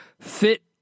fit